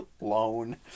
loan